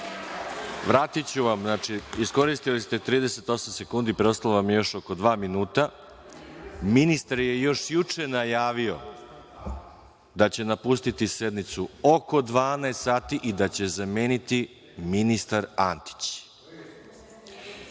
vratiću vam reč. Iskoristili ste 38 sekundi, preostalo vam je još oko dva minuta. Ministar je još juče najavio da će napustiti sednicu oko 12.00 sati i da će je zameniti ministar Antić.